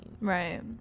Right